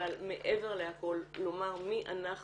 אבל מעבר להכל לומר מי אנחנו,